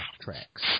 tracks